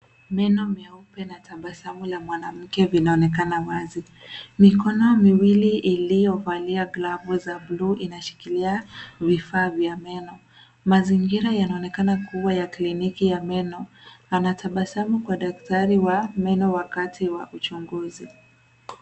Meno meupe na tabasamu la mwanamke vinaonekana wazi. Mikono miwili iliyovalia glavu za buluu inashikilia vifaa vya meno. Mazingira yanaonekana kuwa ya kliniki ya meno. Anatabasamu kwa daktari wa meno wakati wa uchunguzi.